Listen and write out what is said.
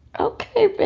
ok.